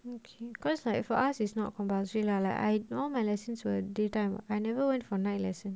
okay cause like for us it's not compulsory lah like I know my lessons were daytime I never went for night lesson